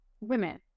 women